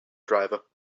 driver